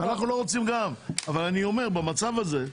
גם אנחנו לא רוצים אבל אני אומר שבמצב הזה ,